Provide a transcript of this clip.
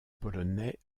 polonais